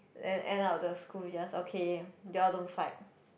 then end up the school just okay you all don't fight